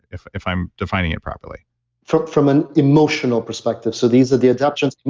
if if i'm defining it properly from from an emotional perspective. so these are the adaptions,